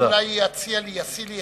אדוני אולי ישיא לי עצה,